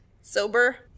Sober